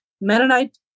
Mennonite